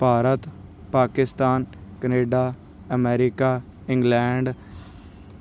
Bharat Pakistan Canada America England